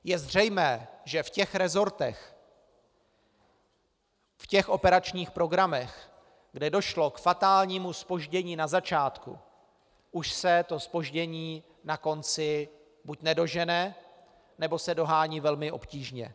Je zřejmé, že v těch resortech, v těch operačních programech, kde došlo k fatálnímu zpoždění na začátku, už se zpoždění na konci buď nedožene, nebo se dohání velmi obtížně.